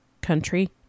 country